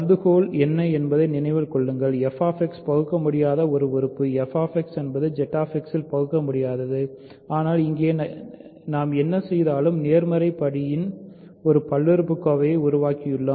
கருதுகோள் என்ன என்பதை நினைவில் கொள்ளுங்கள் f என்பது ZX ல் பகுக்கமுடியாதது ஆனால் இங்கே நாம் என்ன செய்தாலும் நேர்மறை படியில் ஒரு பல்லுறுப்புக்கோவையை உருவாக்கியுள்ளோம்